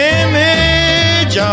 image